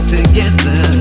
Together